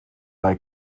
bei